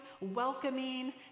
welcoming